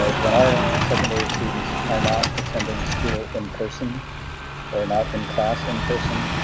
when our secondary students are not attending school in person or not in class in person,